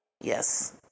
Yes